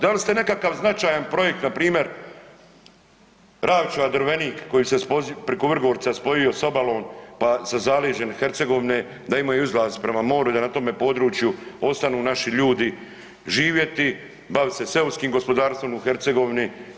Da li ste nekakav značajan projekt na primjer Ravča – Drvenik kojim se preko Vrgorca spojio sa obalom pa sa zaleđem Hercegovine da imaju izlaz prema moru i da na tome području ostanu naši ljudi živjeti, baviti se seoskim gospodarstvom u Hercegovini.